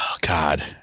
god